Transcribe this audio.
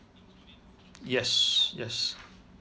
yes yes